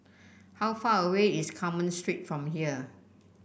how far away is Carmen Street from here